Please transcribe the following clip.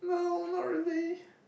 no not really